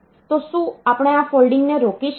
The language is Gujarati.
તો શું આપણે આ ફોલ્ડિંગને રોકી શકીએ